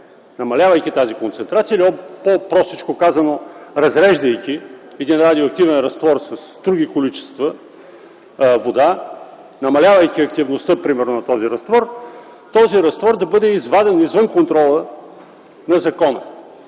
намалявайки тази концентрация или по-простичко казано, разреждайки един радиоактивен разтвор с други количества вода, например намалявайки активността на този разтвор, той да бъде изваден извън контрола на закона